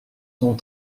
son